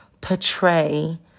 portray